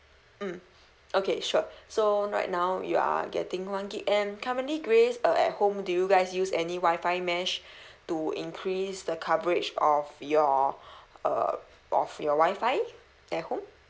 mm okay sure so right now you are getting one gig and currently grace uh at home do you guys use any wifi mesh to increase the coverage of your uh of your wifi at home